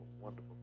wonderful